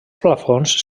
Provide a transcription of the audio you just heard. plafons